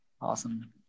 Awesome